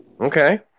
Okay